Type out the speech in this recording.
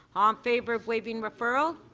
um favor of waiving referral,